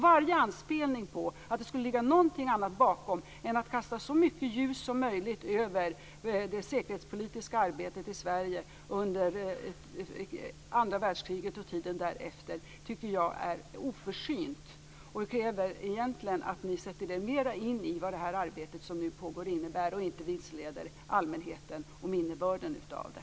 Varje anspelning på att det skulle ligga någonting annat bakom än att kasta så mycket ljus som möjligt över det säkerhetspolitiska arbetet i Sverige under andra världskriget och tiden därefter tycker jag är oförsynt. Det krävs att ni sätter er mer in i vad det arbete som nu pågår innebär, och att ni inte vilseleder allmänheten om innebörden av det.